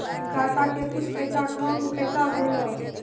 खाता के कुछ पैसा काम कैसा भेलौ?